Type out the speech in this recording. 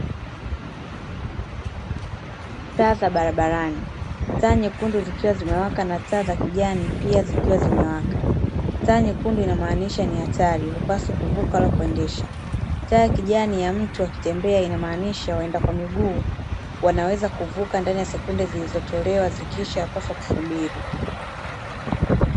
Taa za barabarani. Taa nyekundu zikiwa zimewaka na taa za kijani pia zikiwa zimewaka. Taa nyekundu ina maanisha ni hatari hupaswi kuvuka wala kuendesha. Taa ya kijani ya mtu akitembea ina maanisha waenda kwa miguu wanaweza kuvuka ndani ya sekunde zilizotolewa zikiisha hupaswa kusubiri.